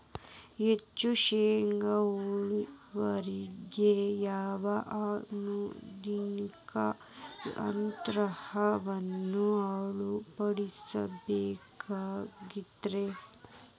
ಹೆಚ್ಚು ಶೇಂಗಾ ಇಳುವರಿಗಾಗಿ ಯಾವ ಆಧುನಿಕ ತಂತ್ರಜ್ಞಾನವನ್ನ ಅಳವಡಿಸಿಕೊಳ್ಳಬೇಕರೇ?